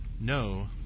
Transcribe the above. No